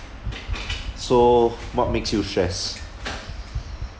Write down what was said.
so what makes you stress